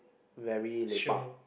very lepak